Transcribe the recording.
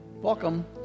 welcome